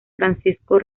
francisco